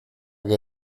que